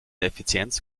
effizienz